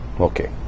Okay